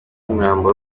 umurambo